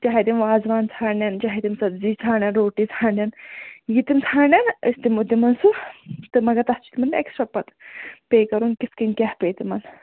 چاہے تِم وازوان ژھانٛڈن چاہے تِم سَبزی ژھانٛڈَن روٹی ژھانٛڈن یہِ تِم ژھانٛڈن أسۍ دِمو تِمَن سُہ تہٕ مگر تَتھ چھِ تِمَن اٮ۪کٕسٹرٛا پَتہٕ پے کَرُن کِتھ کٔنۍ کیٛاہ پے تِمَن